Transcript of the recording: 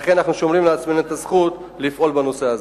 לכן אנחנו שומרים לעצמנו את הזכות לפעול בנושא הזה.